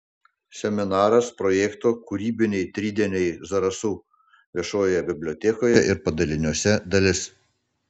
seminaras projekto kūrybiniai tridieniai zarasų viešojoje bibliotekoje ir padaliniuose dalis